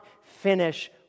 finish